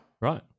right